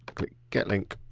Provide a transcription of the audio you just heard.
click get link.